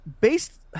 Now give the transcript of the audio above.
based